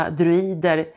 druider